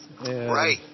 Right